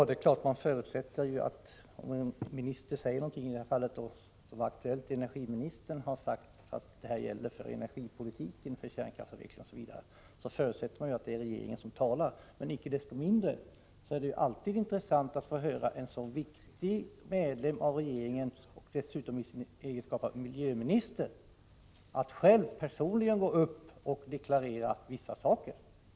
Herr talman! Om en minister säger någonting — i det här fallet var det ju energiministern för det gällde energipolitik och kärnkraftverk — förutsätter man att det är regeringens talesman som yttrar sig. Naturligtvis är det också intressant när en så viktig medlem av regeringen som miljöministern, dessutom i sin egenskap av miljöminister, personligen går upp och deklarerar vissa saker.